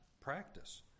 practice